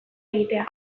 egitea